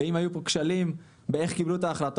ואם היו פה כשלים בשאלה איך קיבלו את ההחלטות,